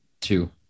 Two